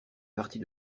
partie